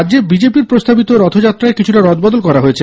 রাজ্যে বিজেপি র প্রস্তাবিত রথযাত্রায় কিছুটা রদবদল করা হয়েছে